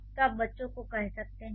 तो आप बच्चे को कह सकते हैं